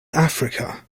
africa